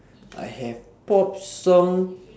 I have pop song